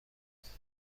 اعلای